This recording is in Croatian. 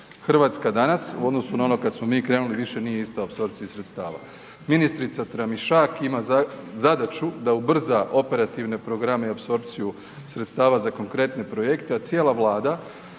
Hrvatska danas u odnosu na ono kada smo mi krenuli više nije isto apsorpciji sredstava. Ministrica Tramišak ima zadaću da ubrza operativne programe i apsorpciju sredstva za konkretne projekte, a cijela Vlada